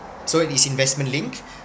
so it is investment linked